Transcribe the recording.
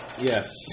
Yes